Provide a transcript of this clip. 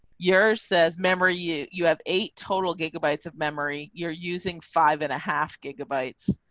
yours says memory you you have eight total gigabytes of memory, you're using five and a half gigabytes.